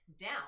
down